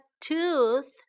Tooth